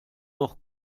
noch